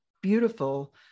beautiful